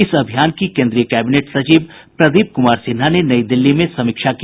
इस अभियान की केंद्रीय कैबिनेट सचिव प्रदीप कुमार सिन्हा ने नई दिल्ली में समीक्षा की